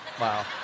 Wow